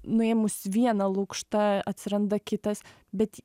nuėmus vieną lukštą atsiranda kitas bet